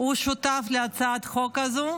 הוא שותף להצעת החוק הזו,